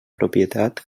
propietat